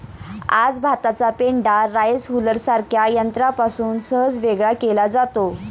आज भाताचा पेंढा राईस हुलरसारख्या यंत्रापासून सहज वेगळा केला जातो